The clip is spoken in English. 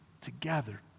together